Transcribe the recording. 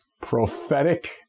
prophetic